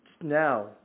now